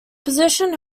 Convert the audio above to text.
position